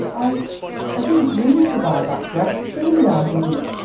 i i didn't mean to buy that dress truly i didn't.